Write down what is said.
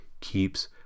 keeps